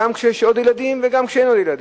גם כשיש עוד ילדים וגם כשאין עוד ילדים.